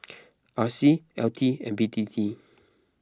R C L T and B T T